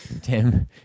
Tim